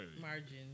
margin